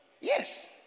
Yes